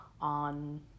on